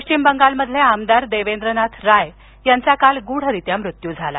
पश्चिम बंगालमधील आमदार देवेंद्रनाथ राय यांचा काल गूढरीत्या मृत्यू झाला